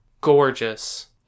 gorgeous